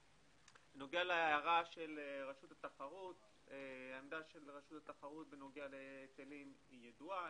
העמדה של רשות התחרות בנוגע להיטלים היא ידועה,